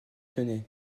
tenait